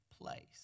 place